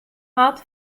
hat